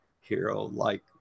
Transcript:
hero-like